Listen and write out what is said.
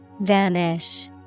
vanish